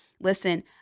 Listen